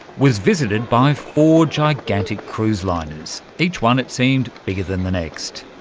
was visited by four gigantic cruise liners, each one, it seemed, bigger than the next.